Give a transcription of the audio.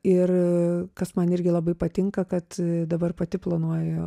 ir kas man irgi labai patinka kad dabar pati planuoju